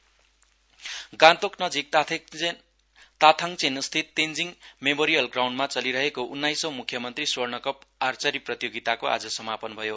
archery Gangtok नजिक ताथाङचेन स्थित Tenzing memorial ग्राउण्डमा चलिरहेको उन्नाइसौं मुख्यमन्त्री स्वर्ण कप आचर्री प्रतियोगिताको आज समापन भयो